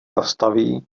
zastaví